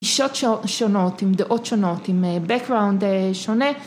גישות שונות עם דעות שונות עם בקגראונד (רקע) שונה.